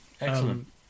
Excellent